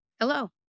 Hello